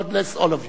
God bless all of you.